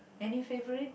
any favourite